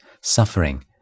suffering